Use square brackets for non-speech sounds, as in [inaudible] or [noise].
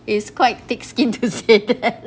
is quite thick skin to say that [laughs]